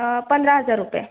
पंधरा हजार रुपये